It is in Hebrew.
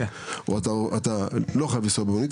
אתה לא חייב לנסוע במונית,